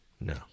No